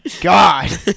God